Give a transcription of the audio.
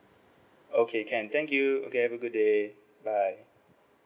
okay can thank you okay have a good day bye